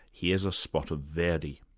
here's a spot of verdi.